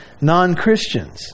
non-Christians